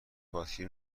باتری